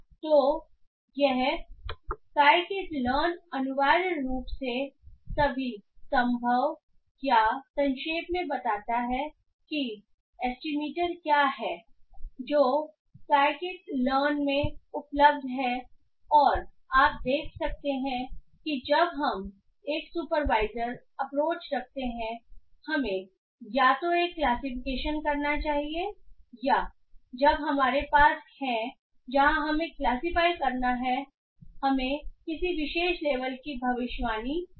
तो यह scikit अनिवार्य रूप से सभी संभव या यह संक्षेप में बताता है कि विभिन्न एसटीमीटर क्या हैं जो एससीआई किट में उपलब्ध है और आप देख सकते हैं कि जब हम एक सुपरवाइजर अप्रोच रखते हैं हमें या तो एक क्लासिफिकेशन करना चाहिए या या जब हमारे पास है जहाँ हमें क्लासिफाई करना है या हमें किसी विशेष लेबल की भविष्यवाणी करनी है